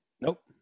Nope